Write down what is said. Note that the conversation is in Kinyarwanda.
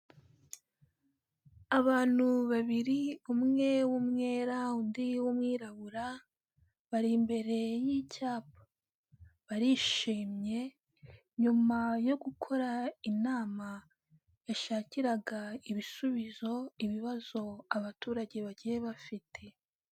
Abantu babiri, umwe w'umwera undi w'umwirabura, bari imbere y'icyapa. Barishimye, nyuma yo gukora inama, yashakiraga ibisubizo, ibibazo abaturage bagiye bafite.